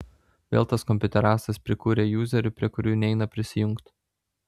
vėl tas kompiuterastas prikūrė juzerių prie kurių neina prisijungt